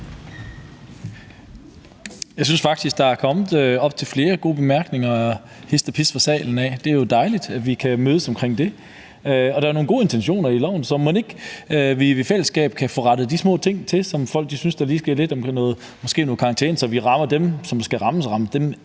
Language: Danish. Jeg synes faktisk, der er kommet op til flere gode bemærkninger hist og pist fra salen af. Det er jo dejligt, at vi kan mødes omkring det. Og der er jo nogle gode intentioner i lovforslaget, så mon ikke vi i fællesskab kan få rettet de små ting til, som folk synes lige skal ændres – måske noget karantæne, så vi rammer dem, som skal rammes, ekstra hårdt,